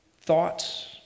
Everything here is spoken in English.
thoughts